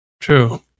True